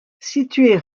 situés